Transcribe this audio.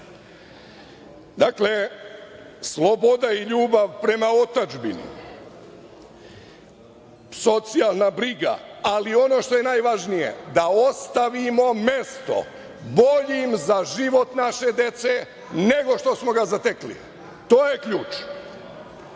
to je, sloboda i ljubav prema otadžbini, socijalna briga, ali ono što je najvažnije da ostavimo mesto boljim za život naše dece, nego što smo ga zatekli. To je ključ. Dakle,